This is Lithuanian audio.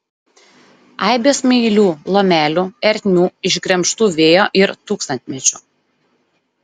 aibė smailių lomelių ertmių išgremžtų vėjo ir tūkstantmečių